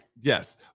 Yes